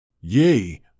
Yea